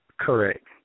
Correct